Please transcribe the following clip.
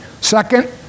second